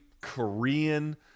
Korean